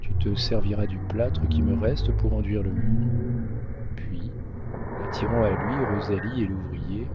tu te serviras du plâtre qui me reste pour enduire le mur puis attirant à lui rosalie et l'ouvrier